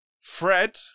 Fred